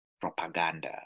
propaganda